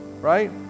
right